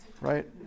right